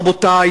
רבותי,